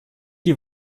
die